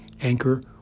Anchor